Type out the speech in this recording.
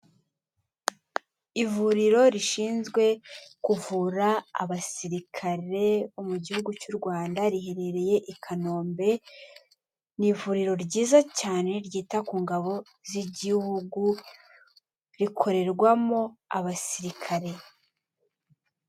Ivuriro rishinzwe kuvura abasirikare bo mu gihugu cy'u Rwanda riherereye i Kanombe, ni ivuriro ryiza cyane ryita ku ngabo z'igihugu, rikorerwamo abasirikare.